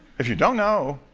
if you don't know,